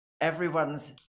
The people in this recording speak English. everyone's